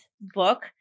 book